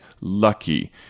lucky